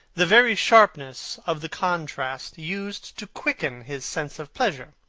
the very sharpness of the contrast used to quicken his sense of pleasure.